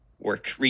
work